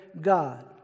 God